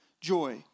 joy